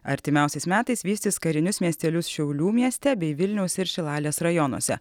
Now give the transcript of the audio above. artimiausiais metais vystys karinius miestelius šiaulių mieste bei vilniaus ir šilalės rajonuose